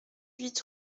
huit